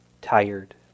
tired